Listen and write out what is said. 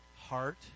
heart